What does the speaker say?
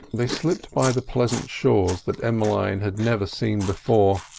they slipped by the pleasant shores that emmeline had never seen before,